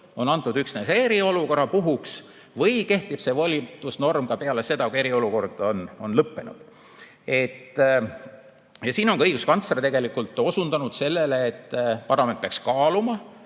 on antud üksnes eriolukorra puhuks või kehtib see volitusnorm ka peale seda, kui eriolukord on lõppenud. Siin on ka õiguskantsler tegelikult osundanud sellele, et parlament peaks kaaluma,